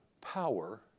power